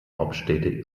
hauptstädte